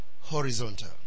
horizontal